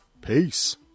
peace